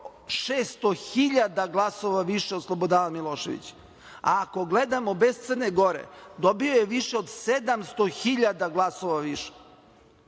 hiljada glasova više od Slobodana Miloševića, a ako gledamo bez Crne Gore dobio je više od 700 hiljada glasova više